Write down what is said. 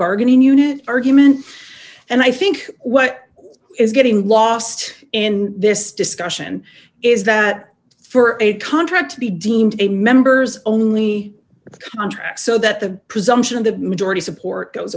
bargaining unit argument and i think what is getting lost in this discussion is that for a contract to be deemed a members only contract so that the presumption of the majority support goes